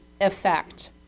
effect